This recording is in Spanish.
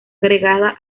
agregada